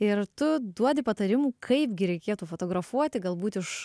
ir tu duodi patarimų kaipgi reikėtų fotografuoti galbūt iš